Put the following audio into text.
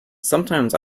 sometimes